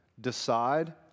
decide